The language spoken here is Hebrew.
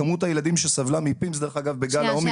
כמות הילדים שסבלה מ-PIMS דרך אגב בגל האומיקרון --- שנייה,